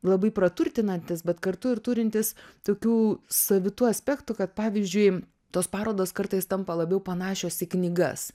labai praturtinantis bet kartu ir turintis tokių savitų aspektų kad pavyzdžiui tos parodos kartais tampa labiau panašios į knygas